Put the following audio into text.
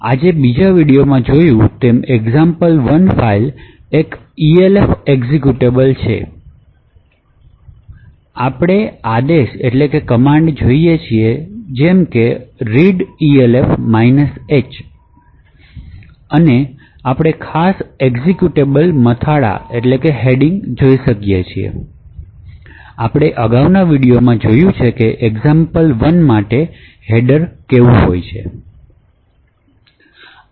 હવે આજે બીજો વિડીઓમાં જોયુ તેમ example1 ફાઈલ એક elf એક્ઝિક્યુટેબલ આપણે આદેશો જોઇ છે જેમ કે readelf H અને આપણે આ ખાસ એક્ઝિક્યુટેબલ મથાળા જોઈ શકી છી અને આપણે અગાઉના વિડિઓમાં જોયું છે કે example1 માટે હેડર મેળવશું